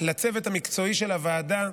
לצוות המקצועי של הוועדה,